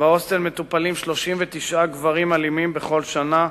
בהוסטל מטופלים 39 גברים אלימים בכל שנה,